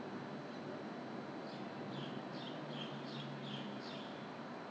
so I feel that after apply if you don't for me if I don't wash off